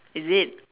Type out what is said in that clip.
is it